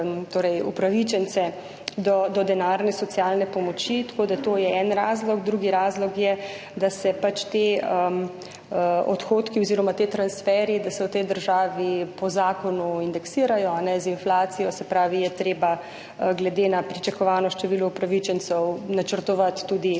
do denarne socialne pomoči. Tako da to je en razlog. Drugi razlog je, da se ti odhodki oziroma ti transferji v tej državi po zakonu indeksirajo z inflacijo. Se pravi, treba je glede na pričakovano število upravičencev načrtovati tudi